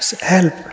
help